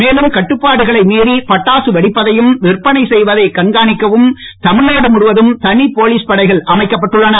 மேலும் கட்டுப்பாடுகளை மீறி பட்டாசு வெடிப்பதையும் விற்பனை செய்வதை கண்காணிக்கவும் தமிழ்நாடு முழுவதும் தனி போலீஸ் படைகள் அமைக்கப்பட்டுள்ளன